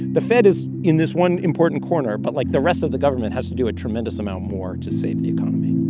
the fed is in this one important corner, but like, the rest of the government has to do a tremendous amount more to save the economy